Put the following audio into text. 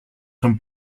son